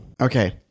Okay